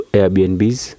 Airbnbs